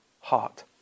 heart